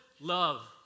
love